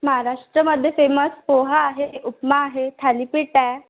महाराष्ट्रामध्ये फेमस पोहे आहे उपमा आहे थालीपीठ आहे